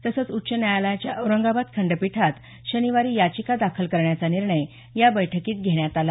तसेच उच्च न्यायालयाच्या औरंगाबाद खंडपीठात शनिवारी याचिका दाखल करण्याचा निर्णय या बैठकीत घेण्यात आला